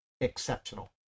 exceptional